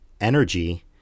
energy